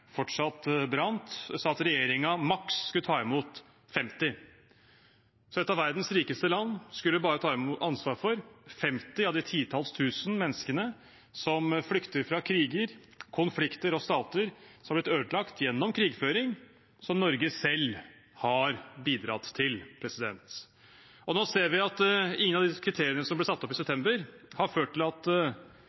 fortsatt brant, sa at regjeringen maks ville ta imot 50. Et av verdens rikeste land skulle ta ansvar for bare 50 av de titalls tusen menneskene som flykter fra kriger, konflikter og stater som er blitt ødelagt gjennom krigføring som Norge selv har bidratt til. Nå ser vi at kriteriene som ble satt opp i september, har ført til at